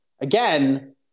again